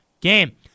game